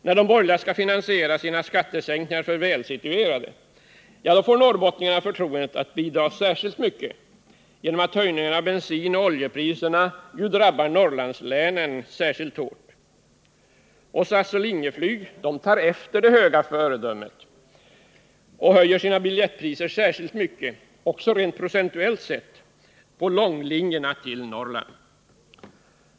När de borgerliga skall finansiera sina skattesänkningar för välsituerade, då får norrbottningarna förtroendet att bidra särskilt mycket genom att höjningen av bensinoch oljepriserna ju drabbar Norrlandslänen särskilt hårt. Och SAS/Linjeflyg tar efter det höga föredömet och höjer sina biljettpriser särskilt mycket — även procentuellt sett — på långlinjerna till Norrland.